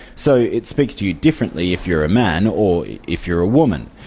so it speaks to you differently if you're a man or if you're a woman.